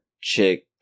Chick